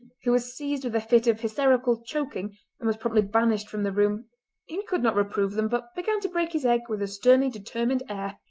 who was seized with a fit of hysterical choking and was promptly banished from the room he could not reprove them, but began to break his egg with a sternly determined air.